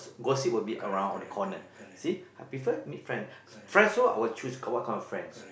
gossip will be around all the corner see I prefer to meet friend friends so I will choose what kind of friends